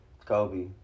Kobe